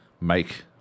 make